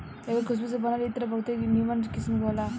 एकर खुशबू से बनल इत्र बहुते निमन किस्म के होला